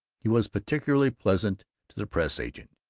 he was particularly pleasant to the press-agent,